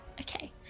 okay